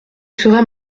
serait